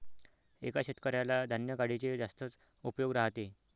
एका शेतकऱ्याला धान्य गाडीचे जास्तच उपयोग राहते